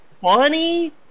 funny